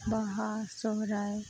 ᱵᱟᱦᱟ ᱥᱚᱦᱚᱨᱟᱭ